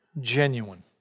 genuine